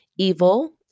evil